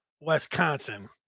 Wisconsin